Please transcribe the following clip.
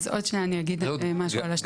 אז עוד שניה אני אגיד משהו על שתי הקומות.